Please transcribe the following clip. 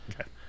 okay